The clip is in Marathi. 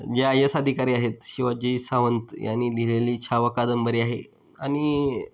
जे आय यस अधिकारी आहेत शिवाजी सावंत यांनी लिहिलेली छावा कादंबरी आहे आणि